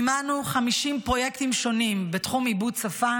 מימנו 50 פרויקטים שונים בתחום עיבוד שפה